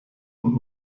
und